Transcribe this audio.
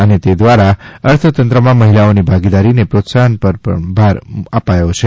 અને તે દ્વારા અર્થતંત્રમાં મહિલાઓની ભાગીદારીને પ્રોત્સાહન પર ભાર આપ્યો છે